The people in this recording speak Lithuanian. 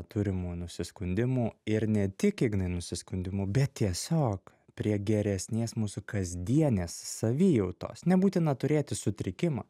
turimų nusiskundimų ir ne tik ignai nusiskundimų bet tiesiog prie geresnės mūsų kasdienės savijautos nebūtina turėti sutrikimą